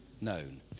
known